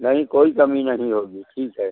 नहीं कोई कमी नहीं होगी ठीक है